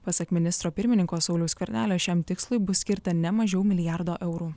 pasak ministro pirmininko sauliaus skvernelio šiam tikslui bus skirta ne mažiau milijardo eurų